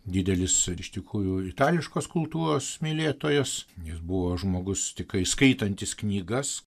didelis ir ištikrųjų itališkos kultūros mylėtojas jis buvo žmogus tikrai skaitantis knygas